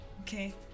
Okay